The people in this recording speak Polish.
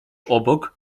obok